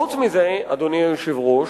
חוץ מזה, אדוני היושב-ראש,